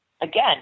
again